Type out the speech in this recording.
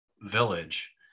Village